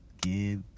Give